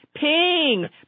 Ping